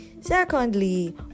Secondly